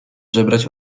żebrać